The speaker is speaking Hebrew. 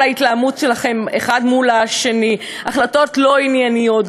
ההתלהמות שלכם אחד מול השני: החלטות לא ענייניות,